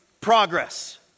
progress